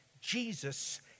Jesus